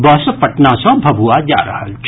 बस पटना सँ भभुआ जा रहल छल